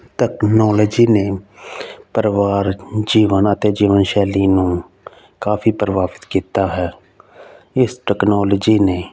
technology ਨੇ ਪਰਿਵਾਰ ਜੀਵਨ ਅਤੇ ਜੀਵਨ ਸ਼ੈਲੀ ਨੂੰ ਕਾਫੀ ਪ੍ਰਭਾਵਿਤ ਕੀਤਾ ਹੈ ਇਸ ਤਕਨੋਲਜੀ ਨੇ